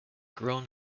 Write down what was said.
grown